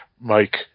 Mike